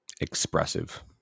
expressive